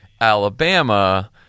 Alabama